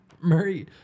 Murray